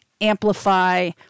amplify